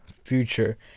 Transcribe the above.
future